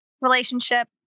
relationship